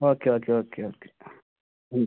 okay okay okay okay അഞ്ച്